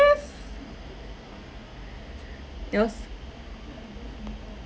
yours